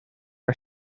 our